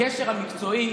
הקשר המקצועי,